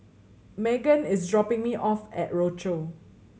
Meghann is dropping me off at Rochor